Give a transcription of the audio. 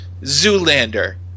Zoolander